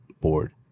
board